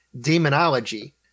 Demonology